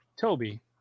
Toby